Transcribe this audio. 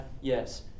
Yes